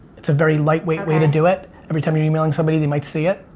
it's a very lightweight way to do it. every time you're emailing somebody, they might see it.